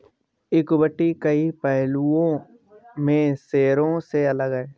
equity कई पहलुओं में शेयरों से अलग है